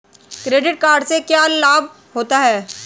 Credit card से क्या क्या लाभ होता है?